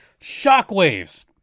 Shockwaves